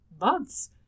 months